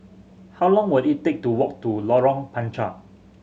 how long will it take to walk to Lorong Panchar